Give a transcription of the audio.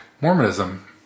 Mormonism